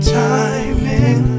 timing